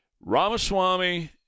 Ramaswamy